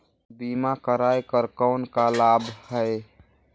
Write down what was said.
बीमा कराय कर कौन का लाभ है?